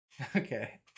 okay